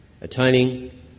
attaining